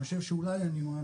אני חושב שאולי הניואנס,